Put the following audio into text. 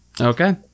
Okay